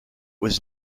was